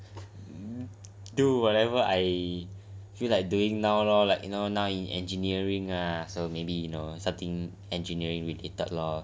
I just err do whatever I feel like doing now lor you know now in engineering ah so maybe you know something engineering related lor